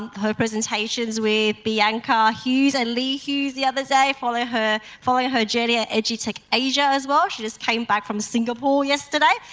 her presentations with bianca hughes and lee hughes the other day following her following her journey at edutech asia as well. she just came back from singapore yesterday,